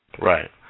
Right